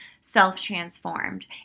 Self-Transformed